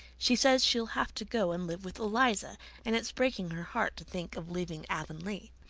she says she'll have to go and live with eliza and it's breaking her heart to think of leaving avonlea.